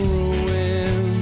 ruin